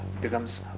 becomes